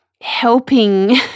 helping